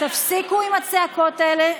תפסיקו עם הצעקות האלה.